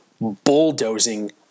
bulldozing